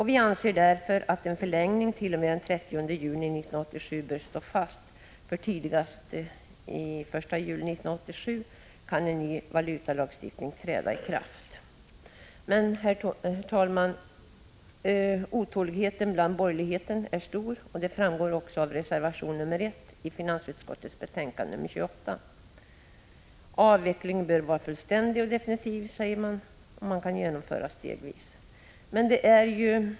Vi menar därför att en förlängning t.o.m. den 30 juni 1987 bör stå fast, för tidigast den 1 juli 1987 kan en ny valutalagstiftning träda i kraft. Herr talman! Otåligheten inom borgerligheten är emellertid stor, och det framgår också av reservation 1 vid finansutskottets betänkande 28. Avvecklingen bör vara fullständig och definitiv, säger man, och den kan genomföras stegvis.